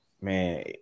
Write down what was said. man